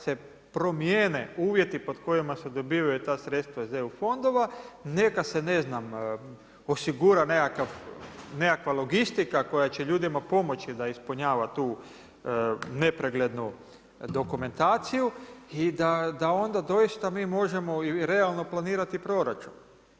se promijene uvjeti pod kojima se dobivaju ta sredstva iz EU fondova, neka se ne znam osigura nekakva logistika koja će ljudima pomoći da ispunjava tu nepreglednu dokumentaciju i da onda doista mi možemo i realno planirati proračun.